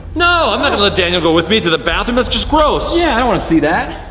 no, i'm not gonna let daniel go with me to the bathroom, that's just gross. yeah, i don't want to see that.